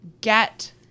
get